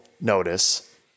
notice